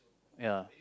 ya